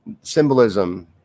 Symbolism